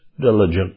diligent